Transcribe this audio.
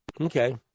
Okay